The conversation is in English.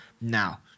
now